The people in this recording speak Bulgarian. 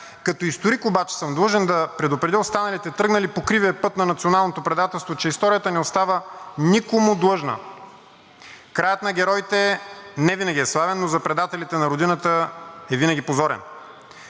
Като историк обаче съм длъжен да предупредя останалите, тръгнали по кривия път на националното предателство, че историята не остава никому длъжна. Краят на героите невинаги е славен, но за предателите на Родината е винаги позорен.